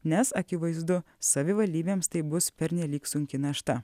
nes akivaizdu savivaldybėms tai bus pernelyg sunki našta